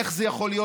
איך זה יכול להיות